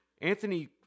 Anthony